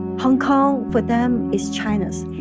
hong kong for them is china's.